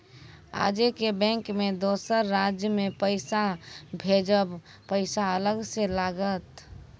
आजे के बैंक मे दोसर राज्य मे पैसा भेजबऽ पैसा अलग से लागत?